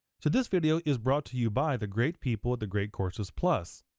so this video is brought to you by the great people at the great courses plus.